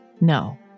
no